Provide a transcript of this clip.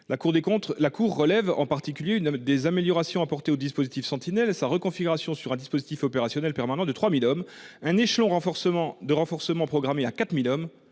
La Cour relève en particulier des améliorations apportées au dispositif Sentinelle et sa reconfiguration sur un dispositif opérationnel permanent de 3 000 hommes, un échelon de renforcement programmé à 4 000 hommes